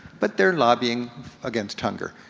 but they're lobbying against hunger.